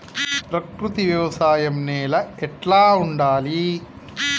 ప్రకృతి వ్యవసాయం నేల ఎట్లా ఉండాలి?